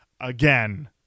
again